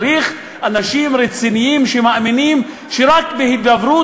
צריך אנשים רציניים שמאמינים שרק בהידברות